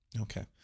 Okay